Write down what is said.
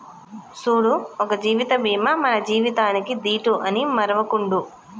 సూడు ఒక జీవిత బీమా మన జీవితానికీ దీటు అని మరువకుండు